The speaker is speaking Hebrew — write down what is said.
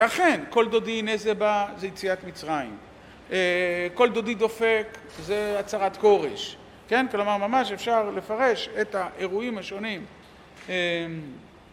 ואכן, כל דודי הנה זה בא זה יציאת מצרים. אה... כל דודי דופק, זה הצהרת כורש. כן? כלומר, ממש אפשר לפרש את האירועים השונים. אמ...